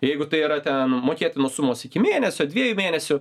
jeigu tai yra ten mokėtinos sumos iki mėnesio dviejų mėnesių